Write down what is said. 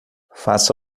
faça